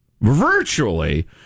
virtually